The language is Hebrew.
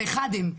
ואחד הם.